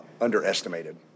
underestimated